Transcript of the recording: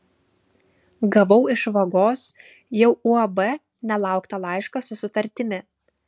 gavau iš vagos jau uab nelauktą laišką su sutartimi